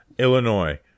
Illinois